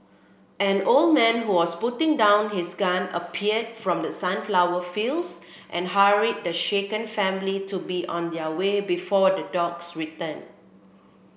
an old man who was putting down his gun appeared from the sunflower fields and hurried the shaken family to be on their way before the dogs return